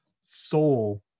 soul